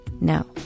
No